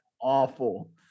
awful